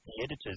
editors